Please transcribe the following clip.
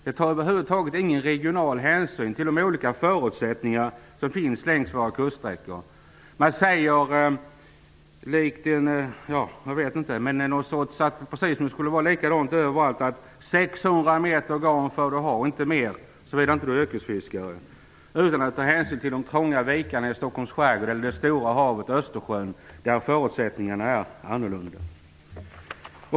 Den tar över huvud taget ingen regional hänsyn till de olika förutsättningar som finns längs våra kuststräckor. Man får ha 600 meter garn om man inte är yrkesfiskare, precis som om förhållandena skulle vara likadana överallt. Det tas inte hänsyn till de trånga vikarna i Stockholms skärgård eller det stora havet Östersjön. Där är inte förutsättningarna lika.